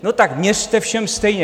No tak měřte všem stejně.